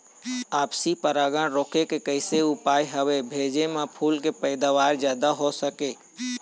आपसी परागण रोके के कैसे उपाय हवे भेजे मा फूल के पैदावार जादा हों सके?